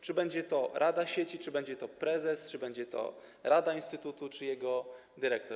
Czy będzie to rada sieci, czy będzie to prezes, czy będzie to rada instytutu czy jego dyrektor?